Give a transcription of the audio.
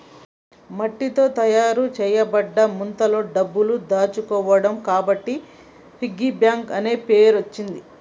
మట్టితో తయారు చేయబడ్డ ముంతలో డబ్బులు దాచుకోవడం కాబట్టి పిగ్గీ బ్యాంక్ అనే పేరచ్చింది